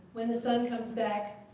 when the son comes back,